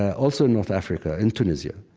also north africa in tunisia,